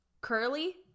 Curly